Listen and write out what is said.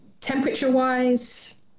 Temperature-wise